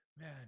Man